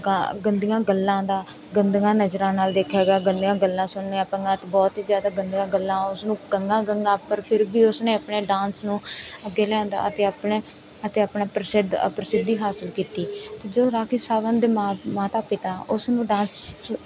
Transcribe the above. ਗਾ ਗੰਦੀਆਂ ਗੱਲਾਂ ਦਾ ਗੰਦੀਆਂ ਨਜ਼ਰਾਂ ਨਾਲ ਦੇਖਿਆ ਗਿਆ ਗੰਦੀਆਂ ਗੱਲਾਂ ਸੁਣਨੀਆਂ ਪਈਆਂ ਅਤੇ ਬਹੁਤ ਹੀ ਜ਼ਿਆਦਾ ਗੰਦੀਆਂ ਗੱਲਾਂ ਉਸ ਨੂੰ ਕਹੀਆਂ ਗਈਆਂ ਪਰ ਫੇਰ ਵੀ ਉਸ ਨੇ ਆਪਣੇ ਡਾਂਸ ਨੂੰ ਅੱਗੇ ਲਿਆਂਦਾ ਅਤੇ ਆਪਣਾ ਅਤੇ ਆਪਣਾ ਪ੍ਰਸਿੱਧ ਪ੍ਰਸਿੱਧੀ ਹਾਸਲ ਕੀਤੀ ਅਤੇ ਜਦੋਂ ਰਾਖੀ ਸਾਵੰਤ ਦੇ ਮਾਂ ਮਾਤਾ ਪਿਤਾ ਉਸਨੂੰ ਡਾਂਸ 'ਚ